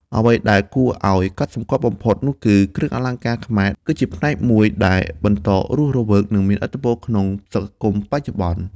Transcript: អ្វីដែលគួរឱ្យកត់សម្គាល់បំផុតនោះគឺ គ្រឿងអលង្ការខ្មែរគឺជា ផ្នែកមួយដែលបន្តរស់រវើក និងមានឥទ្ធិពលក្នុងសង្គមបច្ចុប្បន្ន។